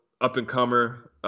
up-and-comer